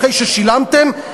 אחרי ששילמתם,